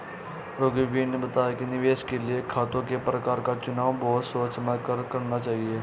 रघुवीर ने बताया कि निवेश के लिए खातों के प्रकार का चुनाव बहुत सोच समझ कर करना चाहिए